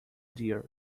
dear